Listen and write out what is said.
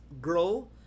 Grow